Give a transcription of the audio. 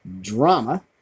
drama